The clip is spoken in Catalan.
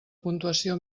puntuació